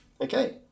Okay